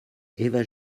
eva